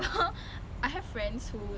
I don't like